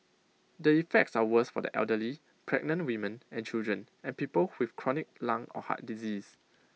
the effects are worse for the elderly pregnant women and children and people with chronic lung or heart disease